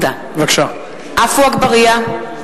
(קוראת בשמות חברי הכנסת) עפו אגבאריה,